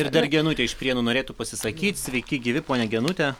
ir dar genutė iš prienų norėtų pasisakyt sveiki gyvi ponia genute